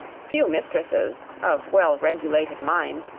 few mistresses, of well regulated minds,